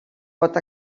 pot